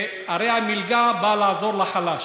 הרי המלגה באה לעזור לחלש.